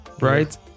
right